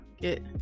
get